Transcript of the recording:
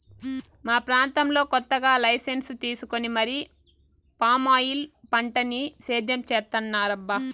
మా ప్రాంతంలో కొత్తగా లైసెన్సు తీసుకొని మరీ పామాయిల్ పంటని సేద్యం చేత్తన్నారబ్బా